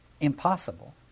impossible